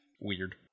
Weird